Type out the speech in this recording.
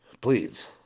Please